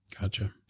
Gotcha